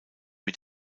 mit